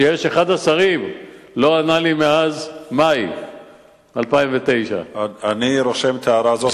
שאחד השרים לא ענה לי מאז מאי 2009. אני רושם את ההערה הזאת,